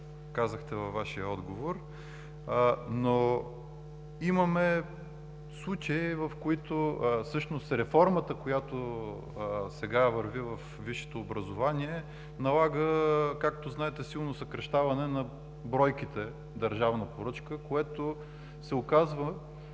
казахте във Вашия отговор. Всъщност реформата, която сега върви във висшето образование, налага, както знаете, силно съкращаване на бройките държавна поръчка, което се оказва,